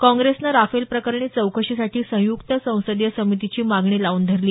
काँप्रेसनं राफेल प्रकरणी चौकशीसाठी संयुक्त संसदीय समितीची मागणी लावून धरली